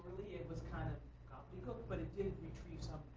it was kind of gobbledygook, but it did retrieve some